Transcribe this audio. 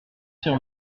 sur